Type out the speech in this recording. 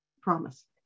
promise